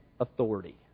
authority